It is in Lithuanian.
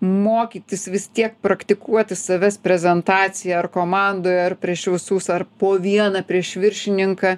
mokytis vis tiek praktikuoti savęs prezentaciją ar komandoje ar prieš visus ar po vieną prieš viršininką